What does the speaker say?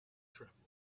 traveling